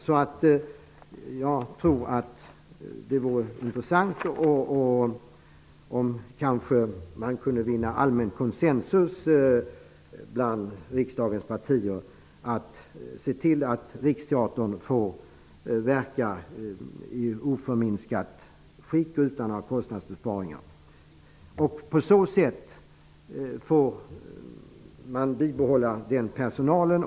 Därför tror jag att det är av intresse att man kan uppnå allmän konsensus bland riksdagens partier när det gäller detta med att Riksteatern får fortsätta att verka i samma omfattning som tidigare och utan kostnadsbesparingar. På det sättet kan man behålla personal.